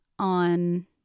On